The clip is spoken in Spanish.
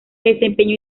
desempeñó